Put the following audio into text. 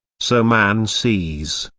so man sees,